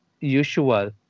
usual